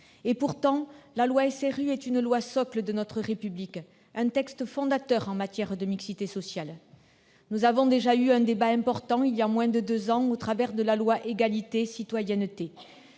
! Pourtant, la loi SRU est une loi « socle » de notre République, un texte fondateur en matière de mixité sociale. Nous avons déjà eu un débat important il y a moins de deux ans au travers de la loi Égalité et citoyenneté.